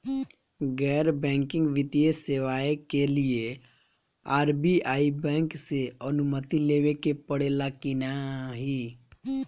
गैर बैंकिंग वित्तीय सेवाएं के लिए आर.बी.आई बैंक से अनुमती लेवे के पड़े ला की नाहीं?